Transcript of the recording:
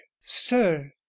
sir